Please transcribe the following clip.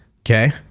Okay